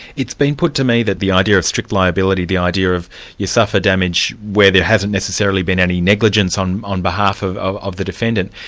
it's been put to me that the idea of strict liability, the idea of you suffer damage where there hasn't necessarily been any negligence on on behalf of of of the defendant,